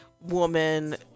woman